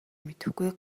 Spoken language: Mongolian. мэдэхгүй